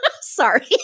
Sorry